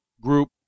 group